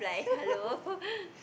yeah